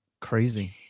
crazy